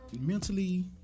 mentally